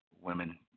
women